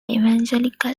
evangelical